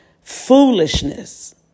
foolishness